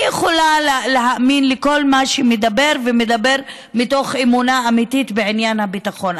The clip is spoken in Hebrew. אני יכולה להאמין לכל מי שמדבר ומדבר מתוך אמונה אמיתית בעניין הביטחון,